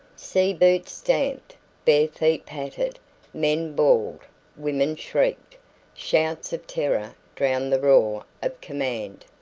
sea-boots stamped bare feet pattered men bawled women shrieked shouts of terror drowned the roar of command.